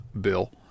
Bill